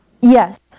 Yes